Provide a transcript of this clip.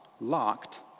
locked